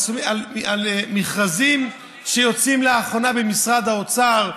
על מכרזים שיוצאים לאחרונה במשרד האוצר,